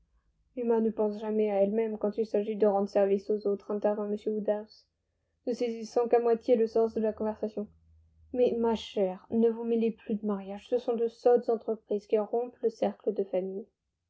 emma ne pense jamais à elle-même quand il s'agit de rendre service aux autres intervint m woodhouse ne saisissant qu'à moitié le sens de la conversation mais ma chère ne vous mêlez plus de mariages ce sont de sottes entreprises qui rompent le cercle de famille